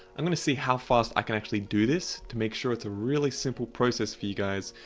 i'm gonna see how fast i can actually do this to make sure it's a really simple process for you guys.